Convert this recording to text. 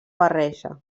barreja